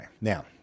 now